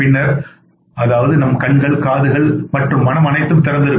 பின்னர் அதாவது நம் கண்கள் காதுகள் மற்றும் மனம் அனைத்தும் திறந்திருக்கும்